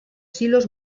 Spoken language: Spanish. silos